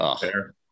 Fair